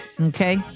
Okay